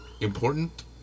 important